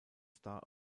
star